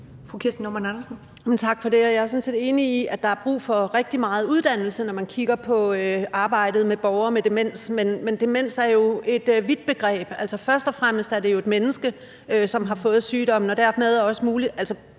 Kirsten Normann Andersen (SF): Tak for det. Jeg er sådan set enig i, at der er brug for rigtig meget uddannelse, når man kigger på arbejdet med borgere med demens, men demens er jo et vidt begreb. Altså, først og fremmest er det jo et menneske, som har fået sygdommen, og der er mange,